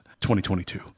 2022